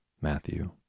Matthew